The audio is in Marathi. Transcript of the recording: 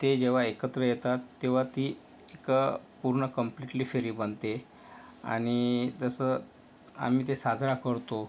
ते जेव्हा एकत्र येतात तेव्हा ती एक पूर्ण कंप्लीटली फेरी बनते आणि जसं आम्ही ते साजरा करतो